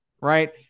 right